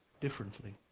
differently